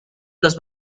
los